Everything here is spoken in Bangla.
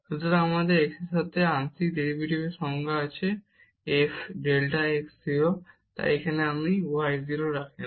সুতরাং আমাদের x এর সাথে আংশিক ডেরিভেটিভের সংজ্ঞা আছে f ডেল্টা x 0 তাই এখানে যদি আপনি y 0 রাখেন